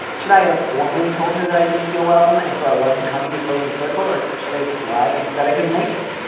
should i have formally told her that i didn't feel welcome and so i wasn't coming to close the circle or should i have just lied and said i couldn't make it.